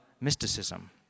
mysticism